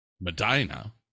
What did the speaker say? Medina